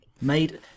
Made